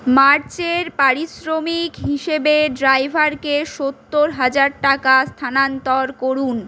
March এর পারিশ্রমিক হিসেবে ড্রাইভারকে সত্তর হাজার টাকা স্থানান্তর করুন